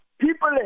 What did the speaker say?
people